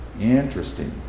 Interesting